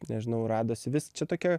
nežinau radosi vis čia tokia